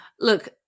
look